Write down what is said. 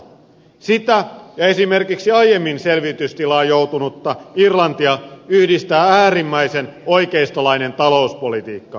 sitä ja esimerkiksi aiemmin selvitystilaan joutunutta islantia yhdistää äärimmäisen oikeistolainen talouspolitiikka